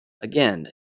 Again